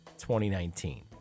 2019